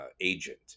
agent